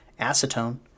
acetone